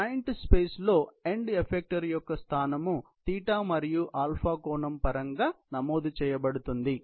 కాబట్టి joint space లో end effector యొక్క స్థానం θ మరియు α కోణం పరంగా నమోదు చేయబడుతుంది